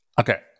Okay